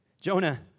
Jonah